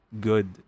good